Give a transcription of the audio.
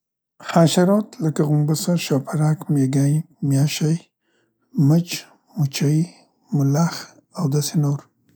حشرات لکه غومبسه، شاپرک، میګی، میاشۍ، مچ، مچۍ، مولخ او داسې نور.